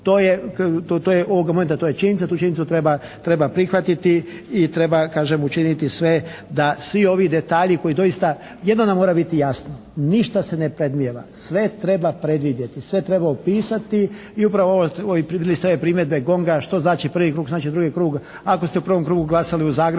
To je, ovoga momenta to je činjenica. Tu činjenicu treba prihvatiti i treba kažem učiniti sve da svi ovi detalji koji doista. Jedno nam mora biti jasno, ništa se ne predmnijeva, sve treba predvidjeti, sve treba opisati i upravo ovi. Primili ste ove primjedbe GONG-a što znači prvi krug, što znači drugi krug. Ako ste u prvom krugu glasali u Zagrebu,